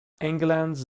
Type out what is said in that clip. england’s